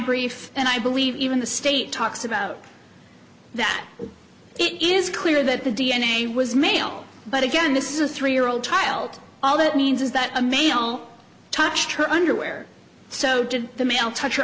brief and i believe even the state talks about that it is clear that the d n a was male but again this is a three year old child all that means is that a male touched her underwear so did the male touch her